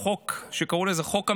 או החוק שקראו לו חוק המילואים,